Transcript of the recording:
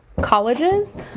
colleges